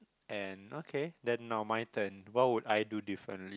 and okay then now my turn what would I do different